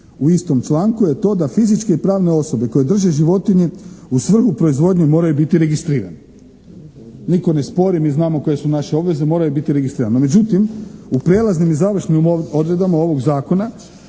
u istom članku je to da fizičke i pravne osobe koje drže životinje u svrhu proizvodnje moraju biti registrirane. Nitko ne spori, mi znamo koje su naše obveze, moraju biti registrirane, no međutim u prijelaznim i završnim odredbama ovog Zakona